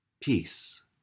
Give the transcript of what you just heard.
Peace